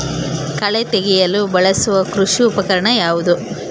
ಕಳೆ ತೆಗೆಯಲು ಬಳಸುವ ಕೃಷಿ ಉಪಕರಣ ಯಾವುದು?